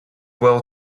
well